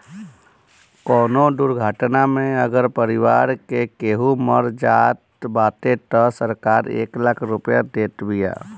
कवनो दुर्घटना में अगर परिवार के केहू मर जात बाटे तअ सरकार एक लाख रुपिया देत बिया